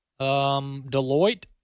Deloitte